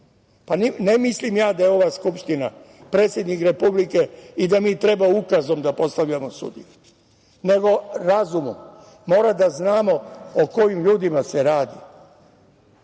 mislim ja da je ova Skupština predsednik Republike i da mi treba ukazom da postavljamo sudije, nego razumom, moramo da znamo o kojim ljudima se radi.